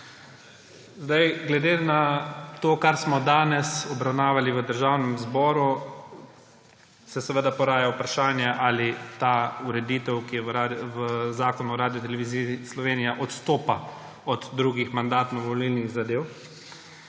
zboru. Glede na to, kar smo danes obravnavali v Državnem zboru, se seveda poraja vprašanje, ali ta ureditev, ki je v Zakonu o Radioteleviziji Slovenija, odstopa od drugih mandatno-volilnih zadev.